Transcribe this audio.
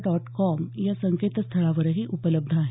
dot com या संकेतस्थळावरही उपलब्ध आहे